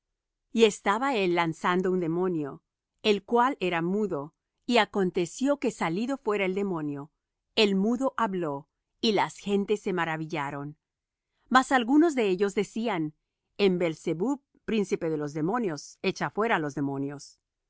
y estaba él lanzando un demonio el cual era mudo y aconteció que salido fuera el demonio el mudo habló y las gentes se maravillaron mas algunos de ellos decían en beelzebub príncipe de los demonios echa fuera los demonios